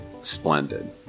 splendid